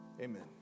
Amen